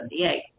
1978